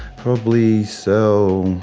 probably so